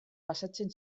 pasatzen